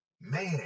man